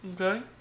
okay